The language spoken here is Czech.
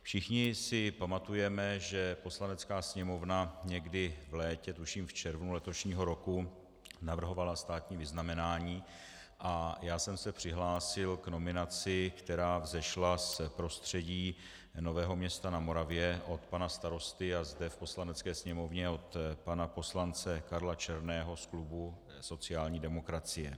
Všichni si pamatujeme, že Poslanecká sněmovna někdy v létě, tuším v červnu letošního roku, navrhovala státní vyznamenání, a já jsem se přihlásil k nominaci, která vzešla z prostředí Nového Města na Moravě od pana starosty a zde v Poslanecké sněmovně od pana poslance Karla Černého z klubu sociální demokracie.